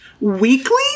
Weekly